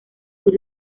sur